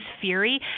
fury